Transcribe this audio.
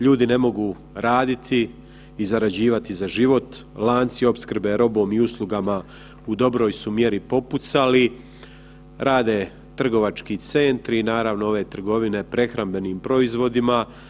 Ljudi ne mogu raditi i zarađivati za život, lanci opskrbe robom i uslugama u dobroj su mjeri popucali, rade trgovački centri i naravno ove trgovine prehrambenim proizvodima.